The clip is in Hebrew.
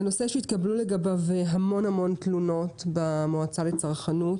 זה נושא שהתקבלו לגביו המון המון תלונות במועצה לצרכנות.